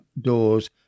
doors